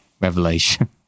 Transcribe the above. revelation